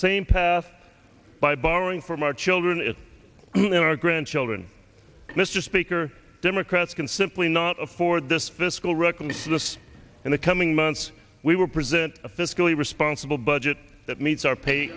same path by borrowing from our children is when our grandchildren mr speaker democrats can simply not afford this fiscal recklessness in the coming months we will present a fiscally responsible budget that meets our pay